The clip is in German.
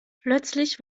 plötzlich